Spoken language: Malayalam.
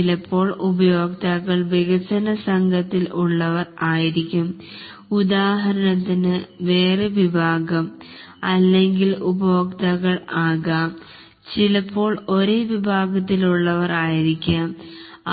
ചിലപ്പോൾ ഉപയോക്താക്കൾ വികസന സംഘത്തിൽ ഉള്ളവർ ആയിരിക്കും ഉദാഹരണത്തിന് വേറെ വിഭാഗം അല്ലെങ്കിൽ ഉപയോക്താക്കൾ ആകാം ചിലപ്പോൾ ഒരേ വിഭാഗത്തിൽ ഉള്ളവർ ആയിരിക്കാം